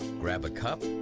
grab a cup,